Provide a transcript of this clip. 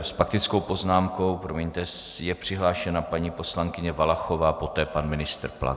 S faktickou poznámkou je přihlášena paní poslankyně Valachová, poté pan ministr Plaga.